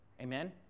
Amen